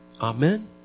Amen